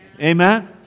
amen